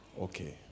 Okay